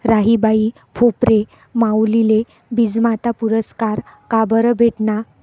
राहीबाई फोफरे माउलीले बीजमाता पुरस्कार काबरं भेटना?